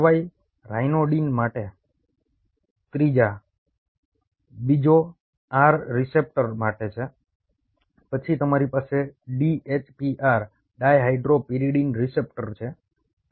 RY ryanodine માટે ત્રીજા બીજો R રીસેપ્ટર્સ માટે પછી તમારી પાસે D H P R dihydropyridine receptors છે